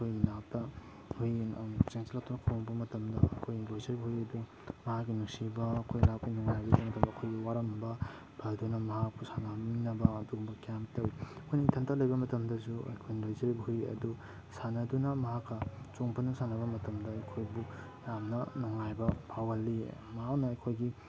ꯑꯩꯈꯣꯏꯒꯤ ꯅꯥꯛꯇ ꯍꯨꯏ ꯌꯦꯟ ꯑꯃꯨꯛ ꯆꯦꯟꯁꯤꯜꯂꯛꯇꯨꯅ ꯈꯣꯡꯕ ꯃꯇꯝꯗ ꯑꯩꯈꯣꯏꯒꯤ ꯂꯣꯏꯖꯔꯤꯕ ꯍꯨꯏ ꯑꯗꯨ ꯃꯥꯍꯥꯛꯀꯤ ꯅꯨꯡꯁꯤꯕ ꯑꯩꯈꯣꯏ ꯂꯥꯛꯄꯩ ꯅꯨꯉꯥꯏꯕ ꯑꯗꯨꯏ ꯃꯇꯝꯗ ꯑꯩꯈꯣꯏꯒꯤ ꯋꯥꯔꯝꯕ ꯐꯗꯨꯅ ꯃꯍꯥꯛꯄꯨ ꯁꯥꯟꯅꯃꯤꯟꯅꯕ ꯑꯗꯨꯒꯨꯝꯕ ꯀꯌꯥ ꯑꯃ ꯇꯧꯏ ꯑꯩꯈꯣꯏꯅ ꯏꯊꯟꯇ ꯂꯩꯕ ꯃꯇꯝꯗꯁꯨ ꯑꯩꯈꯣꯏꯅ ꯂꯣꯏꯖꯔꯤꯕ ꯍꯨꯏ ꯑꯗꯨ ꯁꯥꯟꯅꯗꯨꯅ ꯃꯍꯥꯛꯀ ꯆꯣꯡ ꯐꯟꯗꯨꯅ ꯁꯥꯟꯅꯕ ꯃꯇꯝꯗ ꯑꯩꯈꯣꯏꯕꯨ ꯌꯥꯝꯅ ꯅꯨꯡꯉꯥꯏꯕ ꯐꯥꯎꯍꯜꯂꯤ ꯃꯍꯥꯛꯅ ꯑꯩꯈꯣꯏꯒꯤ